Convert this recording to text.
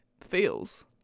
feels